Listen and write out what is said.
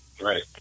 Right